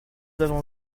avons